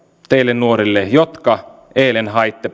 teille nuorille jotka haitte